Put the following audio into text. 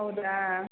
ಹೌದಾ